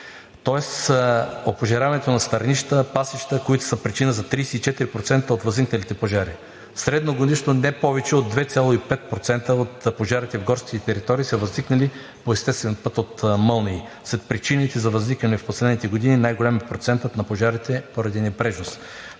тоест опожаряването на стърнища, пасища е причина за 34% от възникналите пожари. Средногодишно не повече от 2,5% от пожарите в горските територии са възникнали по естествен път от мълнии. Сред причините за възникване в последните години най-голям е процентът на пожарите поради небрежност.